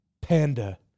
panda